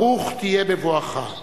ברוך תהיה בבואך.